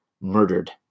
murdered